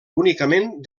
únicament